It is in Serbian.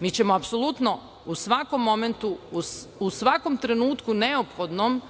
Mi ćemo apsolutno u svakom momentu u svakom neophodnom